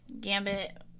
gambit